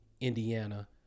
Indiana